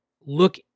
look